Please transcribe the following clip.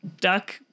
duck